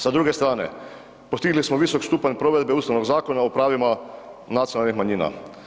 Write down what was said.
Sa druge strane, postigli smo visok stupanj provedbe Ustavnog zakona o pravima nacionalnih manjina.